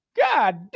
god